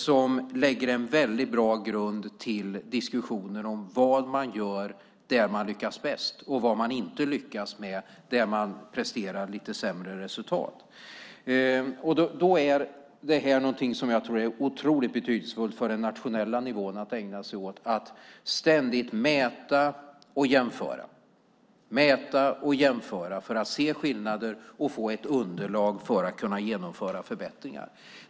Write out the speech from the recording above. Det lägger en bra grund till diskussionen om vad man gör där man lyckas bäst och vad det är man inte lyckas med där man presterar lite sämre resultat. Det som är otroligt betydelsefullt för den nationella nivån att ägna sig åt är att ständigt mäta och jämföra för att se skillnader och få ett underlag för att kunna genomföra förbättringar.